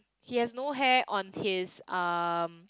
he has no hair on his um